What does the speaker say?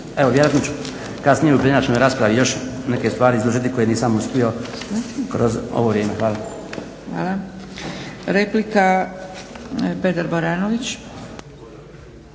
Evo vjerojatno ću kasnije u pojedinačnoj raspravi još neke stvari izložiti koje nisam uspio kroz ovo vrijeme. Hvala. **Zgrebec, Dragica